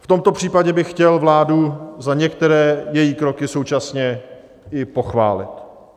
V tomto případě bych chtěl vládu za některé její kroky současně i pochválit.